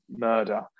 murder